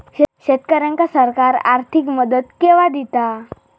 शेतकऱ्यांका सरकार आर्थिक मदत केवा दिता?